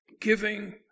giving